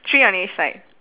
three on each side